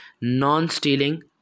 Non-stealing